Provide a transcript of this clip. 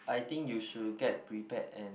I think you should get prepare and